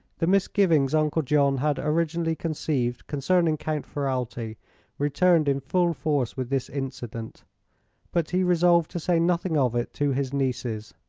the misgivings uncle john had originally conceived concerning count ferralti returned in full force with this incident but he resolved to say nothing of it to his nieces.